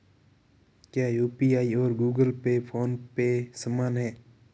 क्या यू.पी.आई और Google Pay PhonePe समान हैं?